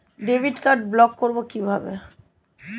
Debit card block করব কিভাবে?